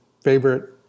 favorite